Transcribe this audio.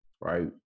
right